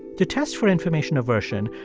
to test for information aversion,